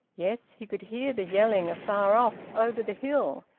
yes, he could hear the yelling afar off, over the hill,